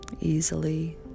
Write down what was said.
Easily